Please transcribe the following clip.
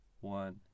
one